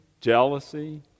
jealousy